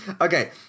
Okay